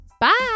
Bye